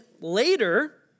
later